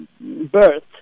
birth